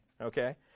okay